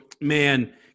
man